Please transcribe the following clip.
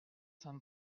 cent